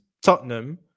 Tottenham